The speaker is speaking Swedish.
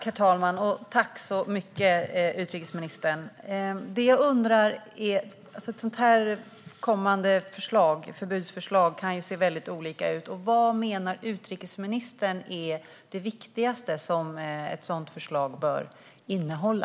Herr talman! Jag tackar utrikesministern så mycket för svaret. Ett förbudsförslag som det kommande kan se väldigt olika ut. Vad menar utrikesministern är det viktigaste som ett sådant förslag bör innehålla?